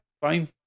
fine